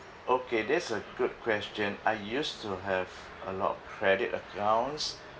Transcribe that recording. okay that's a good question I used to have a lot of credit accounts